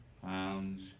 pounds